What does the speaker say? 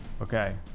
Okay